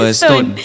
stone